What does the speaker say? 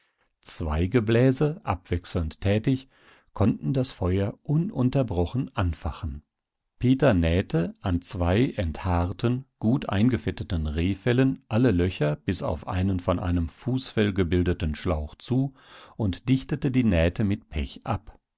gebläse abwechselnd tätig konnten das feuer ununterbrochen anfachen peter nähte an zwei enthaarten gut eingefetteten rehfellen alle löcher bis auf einen von einem fußfell gebildeten schlauch zu und dichtete die nähte mit pech ab